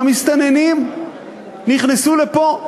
המסתננים נכנסו לפה,